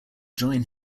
join